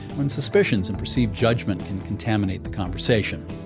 when suspicions and perceived judgment can contaminate the conversation.